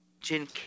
Jin